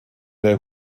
der